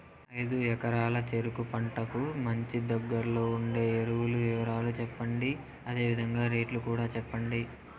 ఐదు ఎకరాల చెరుకు పంటకు మంచి, దగ్గర్లో ఉండే ఎరువుల వివరాలు చెప్పండి? అదే విధంగా రేట్లు కూడా చెప్పండి?